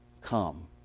come